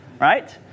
right